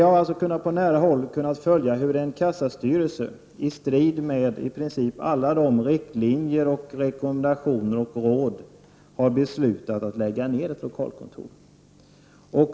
Jag har på nära håll kunnat följa hur en kassastyrelse, i strid med i princip alla riktlinjer, rekommendationer och råd, har beslutat att lägga ner ett lokalkontor.